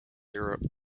europe